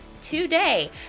today